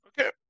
Okay